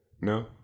No